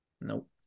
Nope